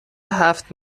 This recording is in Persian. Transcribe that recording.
هفت